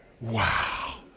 wow